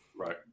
Right